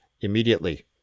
immediately